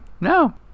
No